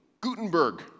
Gutenberg